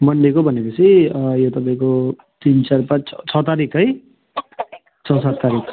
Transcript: मनडेको भनेपछि यो तपाईँको तिन चार पाँच छ छ तारिक है छ सात तारिक